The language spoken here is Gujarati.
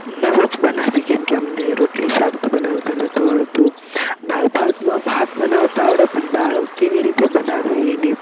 નવું જ બનાવી કેમકે અમને રોટલી શાક તો બનાવતા નતું આવડતું દાળ ભાતમાં ભાત બનાવતા આવડે પણ દાળ કેવી રીતે બનાવી એની